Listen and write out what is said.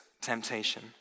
temptation